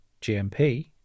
GMP